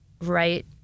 right